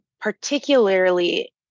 particularly